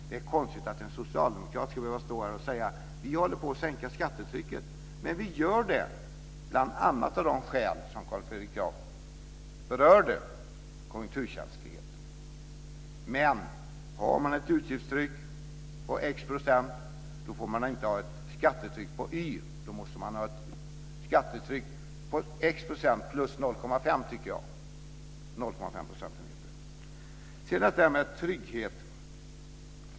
Det är konstigt att en socialdemokrat ska behöva stå här och säga att vi håller på att sänka skattetrycket. Vi gör det, bl.a. av de skäl som Carl Fredrik Graf berörde, nämligen konjunkturkänslighet. Skattetrycket måste överstiga utgiftstrycket med 0,5 procentenheter.